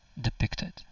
depicted